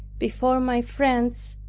before my friends,